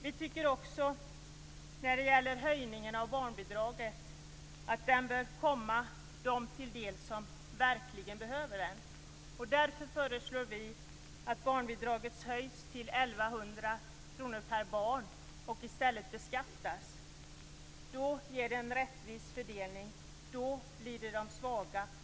Vi tycker också att höjningen av barnbidraget bör komma dem till del som verkligen behöver den. Därför föreslår vi att barnbidraget höjs till 1 100 kr per barn och i stället beskattas. Det skulle ge en rättvis fördelning, och det skulle ge mest till de svaga.